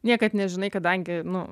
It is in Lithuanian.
niekad nežinai kadangi nu